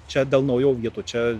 čia dėl naujų vietų čia